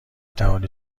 توانید